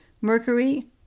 Mercury-